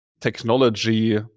technology